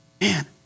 Man